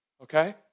Okay